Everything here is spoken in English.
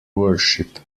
worship